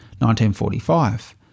1945